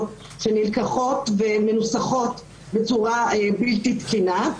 שנלקחות ומנוסחות בצורה בלתי תקינה.